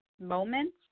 moments